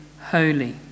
holy